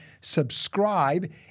subscribe